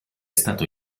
stato